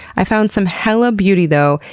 i found some hella beauty, though,